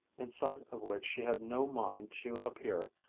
in sight of which she had no mind to appear,